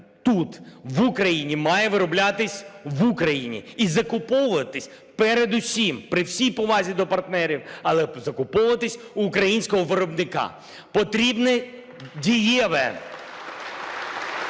тут, в Україні, має вироблятись в Україні і закуповуватись передусім, при всій повазі до партнерів, але закуповуватися в українського виробника. (Оплески) Потрібне дієве